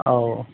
औ